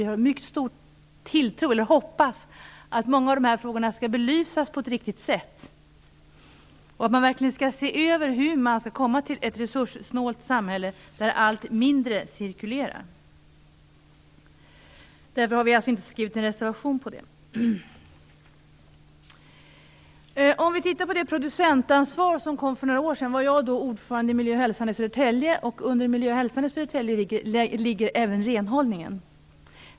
Vi hoppas verkligen att många av de här frågorna blir belysta på ett riktigt sätt och att man ser över detta med hur vi kommer till ett resurssnålt samhälle där allt mindre cirkulerar. Mot den bakgrunden har vi inte skrivit någon reservation i detta sammanhang. När det gäller det producentansvar som finns sedan några år kan jag säga att jag var ordförande för Miljö och Hälsa i Södertälje. Därunder ligger även renhållningen.